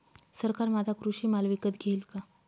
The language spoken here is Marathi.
सरकार माझा कृषी माल विकत घेईल का?